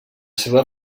seva